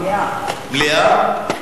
מליאה.